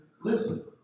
Listen